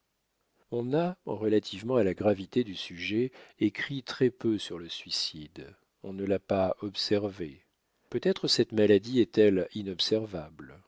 on a relativement à la gravité du sujet écrit très-peu sur le suicide on ne l'a pas observé peut-être cette maladie est-elle